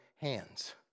hands